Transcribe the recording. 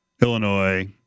Illinois